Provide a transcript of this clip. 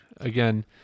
again